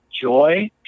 joy